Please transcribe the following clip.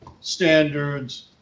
standards